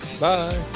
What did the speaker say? Bye